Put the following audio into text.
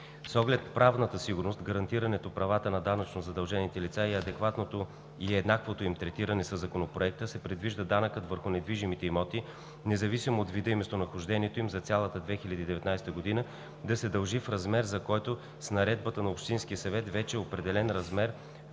С оглед правната сигурност, гарантирането правата на данъчно задължените лица и еднаквото им третиране, със Законопроекта се предвижда данъкът върху недвижимите имоти, независимо от вида и местонахождението им, за цялата 2019 г. да се дължи в размер, за който с наредбата на общинския съвет вече е определен размер